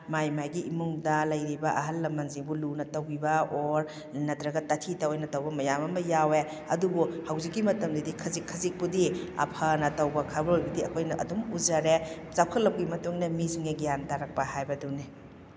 ꯃꯥꯏ ꯃꯥꯏꯒꯤ ꯏꯃꯨꯡꯗ ꯂꯩꯔꯤꯕ ꯑꯍꯜ ꯂꯃꯟꯁꯤꯕꯨ ꯂꯨꯅ ꯇꯧꯕꯤꯕ ꯑꯣꯔ ꯅꯠꯇ꯭ꯔꯒ ꯇꯥꯊꯤ ꯇꯥꯑꯣꯏꯅ ꯇꯧꯕ ꯃꯌꯥꯝ ꯑꯃ ꯌꯥꯎꯋꯦ ꯑꯗꯨꯕꯨ ꯍꯧꯖꯤꯛꯀꯤ ꯃꯇꯝꯗꯗꯤ ꯈꯖꯤꯛ ꯈꯖꯤꯛꯄꯨꯗꯤ ꯑꯐꯅ ꯇꯧꯕ ꯈꯔꯕꯨꯗꯤ ꯑꯩꯈꯣꯏꯅ ꯑꯗꯨꯝ ꯎꯖꯔꯦ ꯆꯥꯎꯈꯠꯂꯛꯄꯒꯤ ꯃꯇꯨꯡꯏꯟꯅ ꯃꯤꯁꯤꯡꯁꯦ ꯒ꯭ꯌꯥꯟ ꯇꯥꯔꯛꯄ ꯍꯥꯏꯕꯗꯨꯅꯤ